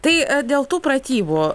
tai dėl tų pratybų